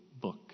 book